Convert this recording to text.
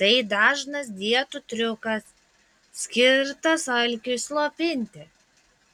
tai dažnas dietų triukas skirtas alkiui slopinti